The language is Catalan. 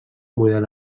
model